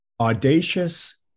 audacious